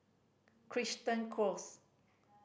Crichton Close